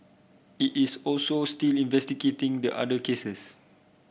it is also still investigating the other cases